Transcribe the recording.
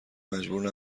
مجبور